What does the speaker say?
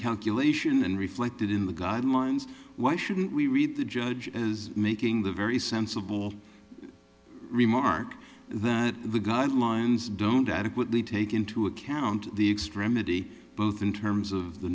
calculation and reflected in the guidelines why shouldn't we read the judge as making the very sensible remark that the guidelines don't adequately take into account the extremity both in terms of the